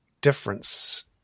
difference